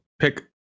pick